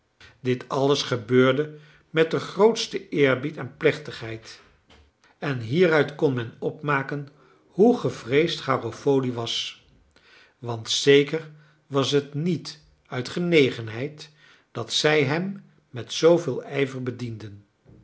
dit alles gebeurde met den grootsten eerbied en plechtigheid en hieruit kon men opmaken hoe gevreesd garofoli was want zeker was het niet uit genegenheid dat zij hem met zooveel ijver bedienden